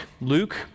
Luke